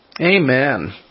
Amen